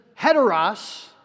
heteros